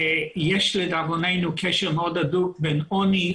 יש לדאבוננו קשר מאוד הדוק בין עוני,